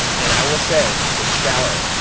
and i will say, it's shallow.